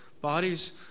bodies